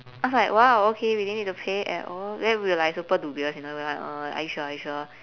I was like !wow! okay we didn't need to pay at all then we were like super dubious and all we like uh are you sure are you sure